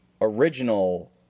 original